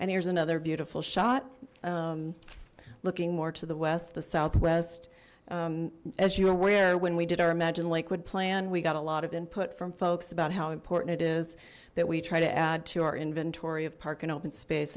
and here's another beautiful shot looking more to the west the south west as you aware when we did our imagine lakewood plan we got a lot of input from folks about how important it is that we try to add to our inventory of park and open space